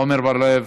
עמר בר-לב,